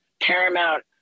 Paramount